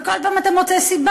וכל פעם אתה מוצא סיבה.